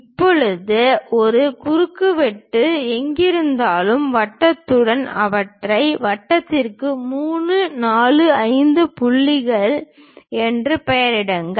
இப்போது இந்த குறுக்குவெட்டுகள் எங்கிருந்தாலும் வட்டத்துடன் அவற்றை வட்டத்திற்கு 3 4 5 புள்ளிகள் என்று பெயரிடுங்கள்